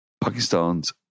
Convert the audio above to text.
Pakistan's